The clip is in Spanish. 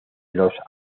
los